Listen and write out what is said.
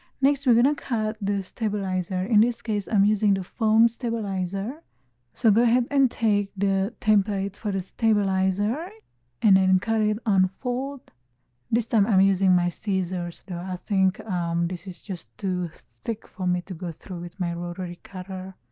next we're gonna cut the stabilizer in this case i'm using the foam stabilizer so go ahead and take the template for the stabilizer and then and cut it on fold this time i'm using my scissors though i think um this is just too thick for me to go through with my rotary cutter